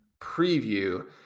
preview